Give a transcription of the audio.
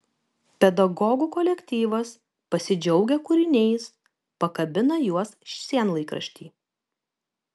pedagogų kolektyvas pasidžiaugia kūriniais pakabina juos sienlaikrašty